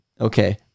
Okay